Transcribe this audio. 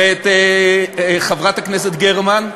ואת חברת הכנסת גרמן.